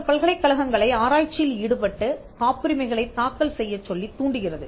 இந்த பல்கலைக்கழகங்களை ஆராய்ச்சியில் ஈடுபட்டு காப்புரிமைகளைத் தாக்கல் செய்யச் சொல்லித் தூண்டுகிறது